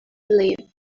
live